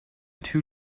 two